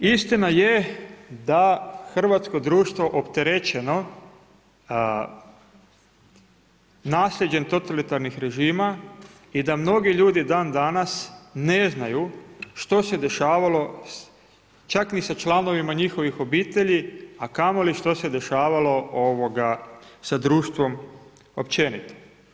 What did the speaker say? Istina je da je hrvatsko društvo opterećeno naslijeđem totalitarnih režima i da mnogi ljudi dan danas ne znaju što se dešavalo čak ni sa članovima njihovih obitelji, a kamoli što se dešavalo sa društvom općenito.